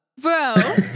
Bro